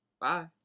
Bye